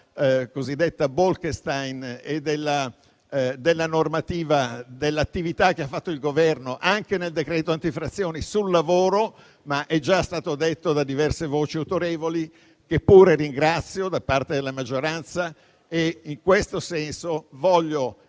cosiddetta Bolkestein e dell'attività che ha fatto il Governo anche nel decreto salva infrazioni sul lavoro, come già detto da diverse voci autorevoli, che ringrazio, da parte della maggioranza. In questo senso voglio